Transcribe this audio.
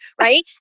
right